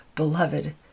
beloved